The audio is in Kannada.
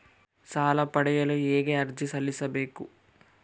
ಸಾಲ ಪಡೆಯಲು ಹೇಗೆ ಅರ್ಜಿ ಸಲ್ಲಿಸಬೇಕು?